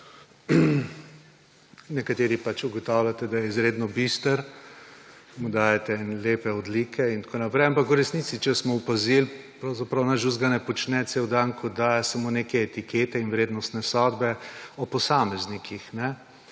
nekateri pač ugotavljate, da je izredno bister, mu dajete ene lepe odlike. Ampak v resnici, če smo opazili, pravzaprav nič drugega ne počne cel dan, kot daje samo neke etikete in vrednostne sodbe o posameznikih.